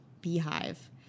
beehive